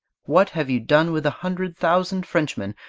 what have you done with the hundred thousand frenchmen,